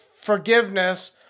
forgiveness